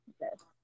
Yes